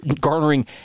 garnering